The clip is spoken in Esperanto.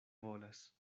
volas